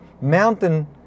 mountain